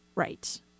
Right